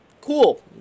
cool